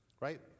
right